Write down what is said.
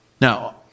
Now